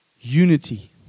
unity